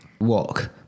Walk